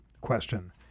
question